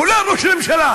כולל ראש הממשלה.